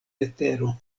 vetero